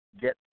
Get